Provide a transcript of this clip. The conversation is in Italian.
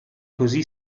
così